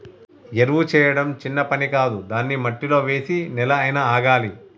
ఎరువు చేయడం చిన్న పని కాదు దాన్ని మట్టిలో వేసి నెల అయినా ఆగాలి